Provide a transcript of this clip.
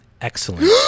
Excellent